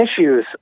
issues